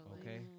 Okay